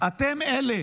אתם אלה